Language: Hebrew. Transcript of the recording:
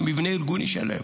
מבנה ארגוני שלם.